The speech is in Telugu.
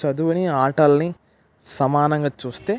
చదువుని ఆటలని సమానంగా చూస్తే